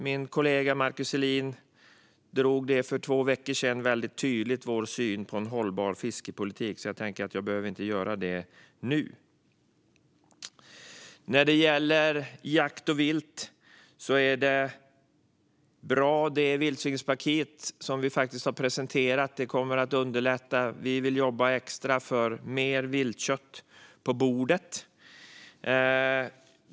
Min kollega Markus Selin drog för två veckor sedan väldigt tydligt vår syn på en hållbar fiskepolitik, så jag tänker att jag inte behöver göra det nu. När det gäller jakt och vilt är det vildsvinspaket vi har presenterat bra; det kommer att underlätta. Vi vill jobba extra för mer viltkött på bordet.